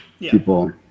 people